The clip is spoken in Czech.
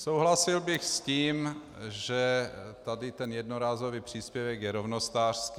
Souhlasil bych s tím, že tady ten jednorázový příspěvek je rovnostářský.